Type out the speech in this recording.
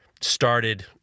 started